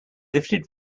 lifted